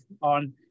on